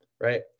right